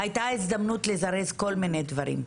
היתה הזדמנות לזרז כל מיני דברים.